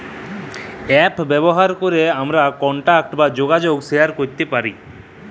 app ব্যাভার ক্যরে আমরা কলটাক বা জ্যগাজগ শেয়ার ক্যরতে পারি